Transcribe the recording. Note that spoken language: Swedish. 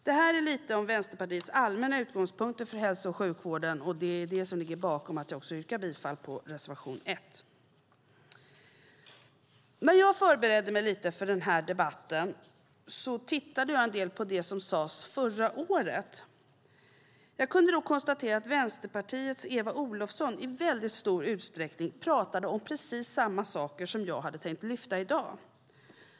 Detta är lite om Vänsterpartiets allmänna utgångspunkter för hälso och sjukvården och också det som ligger bakom att jag yrkar bifall till reservation 1. När jag förberedde mig lite för denna debatt tittade jag en del på det som sades förra året. Jag kunde då konstatera att Vänsterpartiets Eva Olofsson i väldigt stor utsträckning pratade om precis samma saker jag hade tänkt lyfta fram i dag.